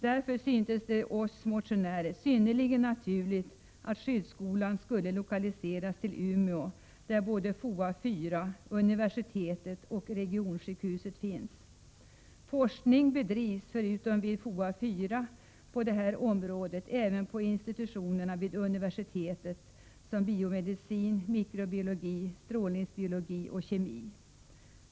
Därför syntes det oss motionärer synnerligen naturligt att skyddsskolan skulle lokaliseras till Umeå där både FOA 4, universitet och regionsjukhus finns. Forskning på det här området bedrivs förutom vid FOA 4 även på institutionerna vid universitetet inom ämnena biomedicin, mikrobiologi, strålningsbiologi och kemi.